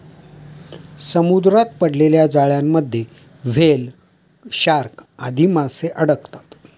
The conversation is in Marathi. समुद्रात पडलेल्या जाळ्यांमध्ये व्हेल, शार्क आदी माशे अडकतात